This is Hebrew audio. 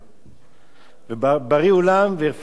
ובריא אולם ורפואה שלמה.